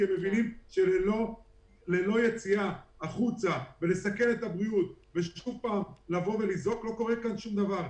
כי הם מבינים שללא יציאה החוצה תוך סיכון הבריאות לא קורה כאן שום דבר.